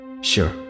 Sure